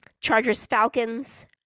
Chargers-Falcons